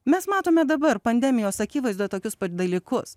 mes matome dabar pandemijos akivaizdoje tokius pat dalykus